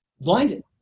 blinded